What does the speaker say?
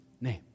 name